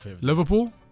Liverpool